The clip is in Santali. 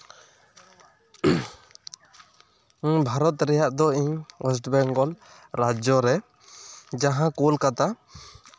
ᱵᱷᱟᱨᱚᱛ ᱨᱮᱭᱟᱜ ᱫᱚ ᱤᱧ ᱚᱭᱮᱥᱴ ᱵᱮᱝᱜᱚᱞ ᱨᱟᱡᱽᱡᱚ ᱨᱮ ᱡᱟᱦᱟᱸ ᱠᱳᱞᱠᱟᱛᱟ